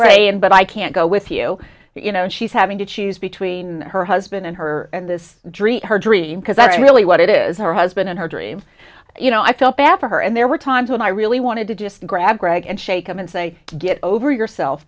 right and but i can't go with you you know she's having to choose between her husband and her and this dream her dream because that's really what it is her husband and her dreams you know i felt bad for her and there were times when i really wanted to just grab greg and shake him and say get over yourself